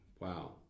Wow